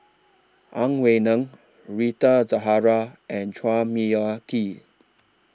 Ang Wei Neng Rita Zahara and Chua Mia Tee